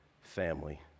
family